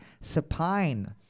supine